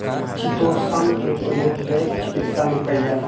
chitosan के प्रयोग जैव चिकित्सा में कईल जाला